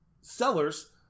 sellers